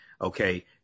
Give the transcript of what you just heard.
okay